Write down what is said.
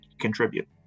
contribute